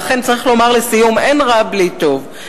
ואכן צריך לומר לסיום: אין רע בלי טוב.